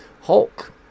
Hulk